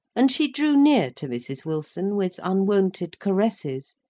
and she drew near to mrs. wilson with unwonted caresses,